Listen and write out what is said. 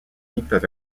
types